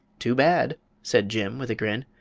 too bad! said jim, with a grin.